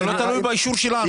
זה לא תלוי באישור שלנו.